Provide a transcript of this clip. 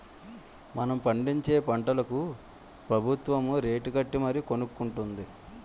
మనం పండించే పంటలకు ప్రబుత్వం రేటుకట్టి మరీ కొనుక్కొంటుంది